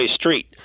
street